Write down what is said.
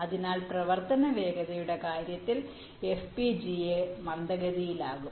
അതിനാൽ പ്രവർത്തന വേഗതയുടെ കാര്യത്തിൽ FPGAs മന്ദഗതിയിലാകും